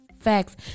Facts